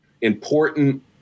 important